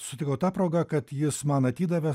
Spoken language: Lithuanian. sutikau ta proga kad jis man atidavė